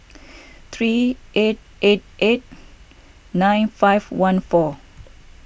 three eight eight eight nine five one four